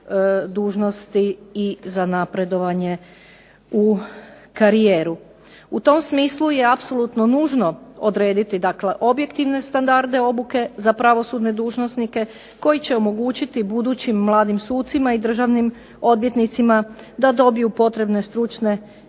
U tom smislu je apsolutno nužno odrediti objektivne standarde obuke za pravosudne dužnosnike koji će omogućiti budućim mladim sucima i državnim odvjetnicima da dobiju potrebne stručne vještine